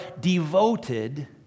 devoted